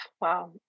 wow